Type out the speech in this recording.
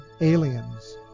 aliens